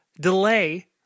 delay